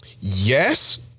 Yes